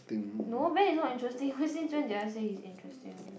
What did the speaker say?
no Ben is not interesting why since when did I say he's interesting